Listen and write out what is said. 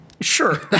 Sure